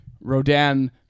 Rodan